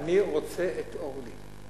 אני רוצה את אורלי.